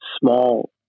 small